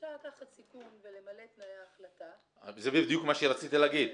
אפשר לקחת סיכון ולמלא תנאי ההחלטה --- זה בדיוק מה שרציתי להגיד.